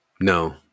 no